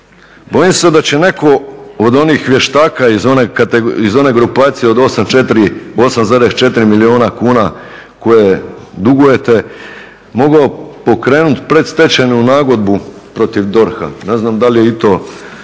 bojim se da će netko od onih vještaka iz one grupacije od 8,4 milijuna kuna koje dugujete mogao pokrenuti predstečajnu nagodbu protiv DORH-a. Ne znam da li je i to